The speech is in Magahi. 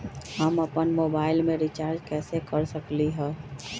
हम अपन मोबाइल में रिचार्ज कैसे कर सकली ह?